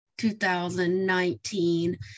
2019